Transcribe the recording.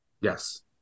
yes